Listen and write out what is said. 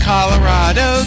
Colorado